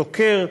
דוקר,